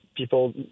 People